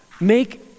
make